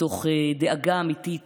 מתוך דאגה אמיתית